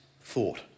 thought